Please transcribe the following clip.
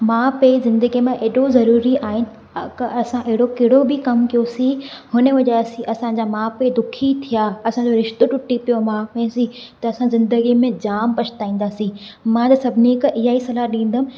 माउ पीउ ज़िंदगी में हेॾो ज़रूरी आहिनि त असां अहिड़ो कहिड़ो बि कमु कयोसीं हुन वजह सां असांजा माउ पीउ दुखी थिया असांजो रिश्तो टुटी पियो माउ पीउ जी त असां ज़िंदगी में जाम पछताईंदासीं मां त सभिनी खां इहा ई सलाह ॾींदमि